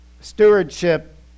stewardship